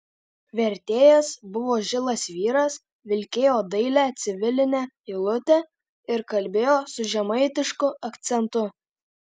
vertėjas buvo žilas vyras vilkėjo dailią civilinę eilutę ir kalbėjo su žemaitišku akcentu